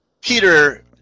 peter